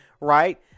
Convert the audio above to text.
right